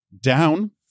down